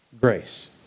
Grace